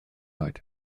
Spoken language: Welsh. oed